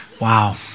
Wow